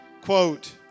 quote